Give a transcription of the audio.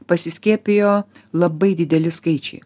pasiskiepijo labai dideli skaičiai